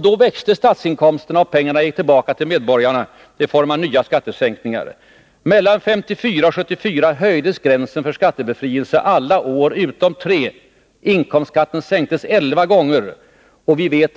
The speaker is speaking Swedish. Då växte inkomsterna, och pengarna gick tillbaka till medborgarna i form av nya skattesänkningar. Mellan 1954 och 1974 höjdes gränsen för skattebefrielse alla år utom tre. Inkomstskatten sänktes elva gånger. Vi